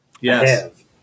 Yes